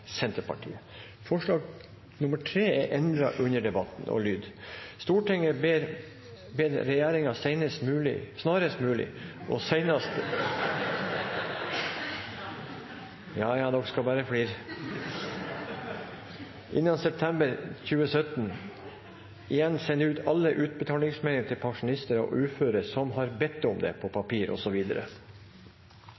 Senterpartiet Det voteres først over forslag nr. 3 fra Senterpartiet. Forslaget er endret under debatten og lyder – med den foretatte endring: «Stortinget bed regjeringa snarast mogleg og seinast innan september 2017 igjen senda alle utbetalingsmeldingar til pensjonistar og uføre som har bedt om det, på